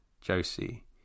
Josie